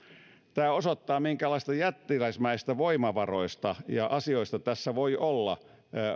tämä osoittaa minkälaisista jättiläismäisistä voimavaroista ja asioista tässä voi olla